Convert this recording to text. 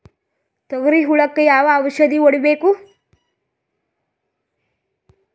ತೊಗರಿ ಹುಳಕ ಯಾವ ಔಷಧಿ ಹೋಡಿಬೇಕು?